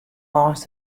lâns